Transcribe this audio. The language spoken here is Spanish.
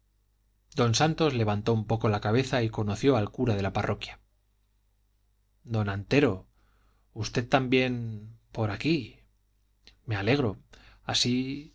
don santos levantó un poco la cabeza y conoció al cura de la parroquia don antero usted también por aquí me alegro así